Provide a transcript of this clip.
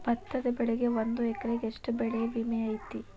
ಭತ್ತದ ಬೆಳಿಗೆ ಒಂದು ಎಕರೆಗೆ ಎಷ್ಟ ಬೆಳೆ ವಿಮೆ ಐತಿ?